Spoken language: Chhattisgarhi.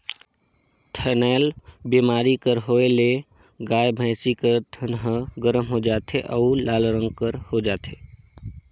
थनैल बेमारी कर होए ले गाय, भइसी कर थन ह गरम हो जाथे अउ लाल रंग कर हो जाथे